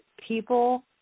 people